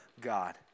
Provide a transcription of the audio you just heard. God